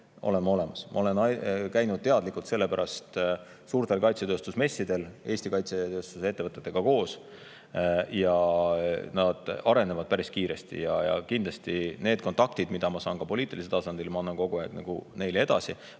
oleme olemas. Ma olen käinud teadlikult selle pärast suurtel kaitsetööstusmessidel Eesti kaitsetööstusettevõtetega koos. Nad arenevad päris kiiresti ja kindlasti kõik kontaktid, mida ma saan poliitilisel tasandil, ma annan neile alati edasi.